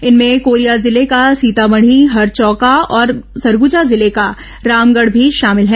इनमें कोरिया जिले का सीतामढ़ी हरचौका और सरगुजा जिले का रामगढ़ भी शामिल है